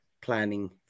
planning